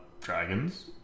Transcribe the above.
dragons